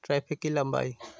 traffic की लम्बाई